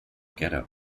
ghetto